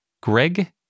Greg